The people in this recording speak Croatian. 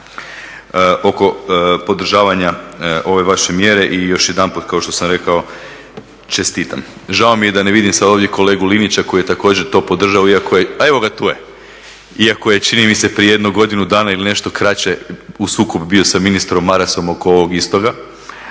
evo ga, tu je, iako je čini mi se prije jedno godinu dana ili nešto kraće u sukobu bio sa ministrom Marasom oko ovoga istoga,